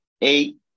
eight